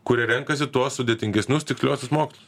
kurie renkasi tuos sudėtingesnius tiksliuosius mokslus